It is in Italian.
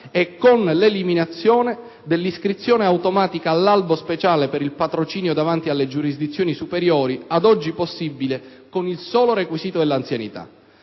e con l'eliminazione dell'iscrizione automatica all'albo speciale per il patrocinio davanti alle giurisdizioni superiori, ad oggi possibile con il solo requisito dell'anzianità.